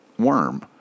worm